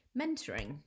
mentoring